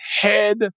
head